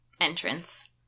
entrance